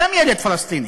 גם ילד פלסטיני.